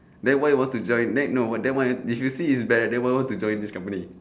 then why you want to join then no what then why if you see it's bad then why you want to join this company